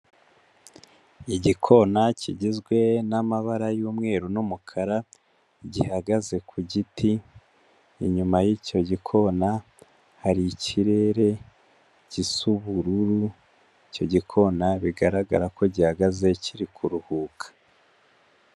Igikona kigizwe n'amabara y'umweru n'umukara gihagaze ku giti, inyuma y'icyo gikona hari ikirere gisa ubururu, icyo gikona bigaragara ko gihagaze kiri kuruhuka.